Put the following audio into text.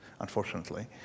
unfortunately